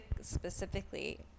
specifically